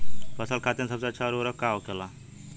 फसल खातीन सबसे अच्छा उर्वरक का होखेला?